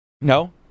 No